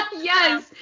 Yes